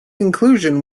conclusion